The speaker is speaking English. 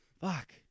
Fuck